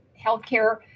healthcare